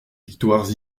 victoires